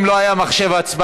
אם לא היה מחשב הצבעה,